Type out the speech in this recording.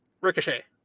Ricochet